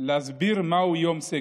להסביר מהו יום סיגד.